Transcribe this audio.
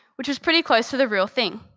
which was pretty close to the real thing.